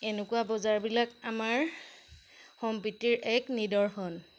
এনেকুৱা বজাৰবিলাক আমাৰ সম্প্ৰীতিৰ এক নিদৰ্শন